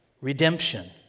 redemption